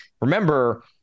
remember